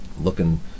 Looking